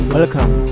Welcome